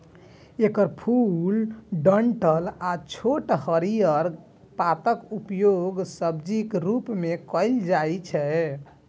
एकर फूल, डंठल आ छोट हरियर पातक उपयोग सब्जीक रूप मे कैल जाइ छै